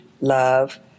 love